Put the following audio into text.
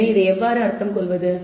எனவே இதை எவ்வாறு அர்த்தம் கொள்வது